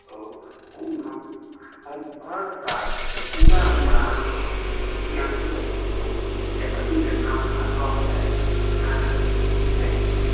हम हम अर्थशास्त्रके पूरा हमरा अहाँ ज्ञान दऽ दैतहुॅं किएए अहीँके नाम हमरा कहलथि हेँ तैं